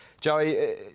Joey